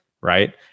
right